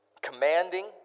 commanding